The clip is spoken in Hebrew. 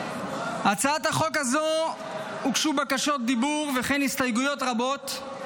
להצעת החוק הוגשו בקשות רשות דיבור וכן הסתייגויות רבות,